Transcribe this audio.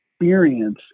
experience